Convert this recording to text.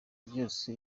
byose